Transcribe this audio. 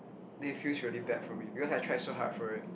then it feels really bad for me because I tried so hard for it